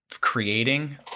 creating